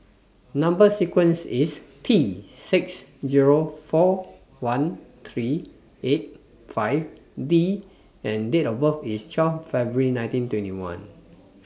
Number sequence IS T six four one three eight five D and Date of birth IS one two February one nine two one